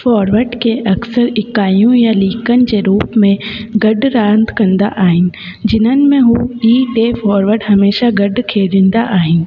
forward खे अक्सर इकायूं या लीकनि जे रूप में गॾु रांदि कंदा आहिनि जिन्हनि में हूअ ही टे फॉरवर्ड हमेशह गॾु खेॾंदा आहिनि